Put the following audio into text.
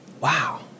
Wow